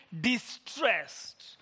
distressed